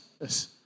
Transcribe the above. yes